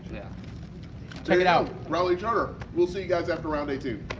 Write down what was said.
yeah check it out raleigh turner we'll see you guys after round a tune